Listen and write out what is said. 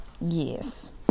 Yes